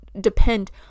depend